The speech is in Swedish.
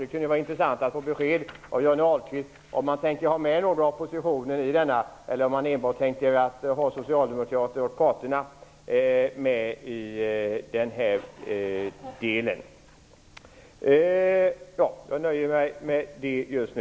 Det kunde vara intressant att få besked av Johnny Ahlqvist i frågan, om man tänker ta med oppositionen eller om man tänker låta den bestå enbart av socialdemokrater och parterna.